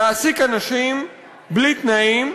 להעסיק אנשים בלי תנאים,